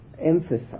emphasize